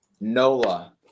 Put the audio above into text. Nola